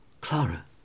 clara